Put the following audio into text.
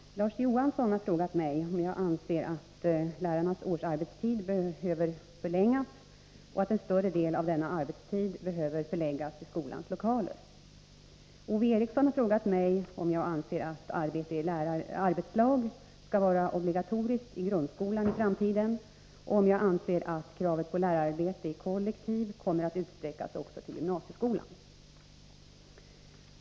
Herr talman! Larz Johansson har frågat mig om jag anser att lärarnas årsarbetstid behöver förlängas och att en större del av denna arbetstid behöver förläggas till skolans lokaler. Ove Eriksson har frågat mig om jag anser att arbete i arbetslag skall vara obligatoriskt i grundskolan i framtiden och om kravet på lärararbete i kollektiv kommer att utsträckas också till gymnasieskolan.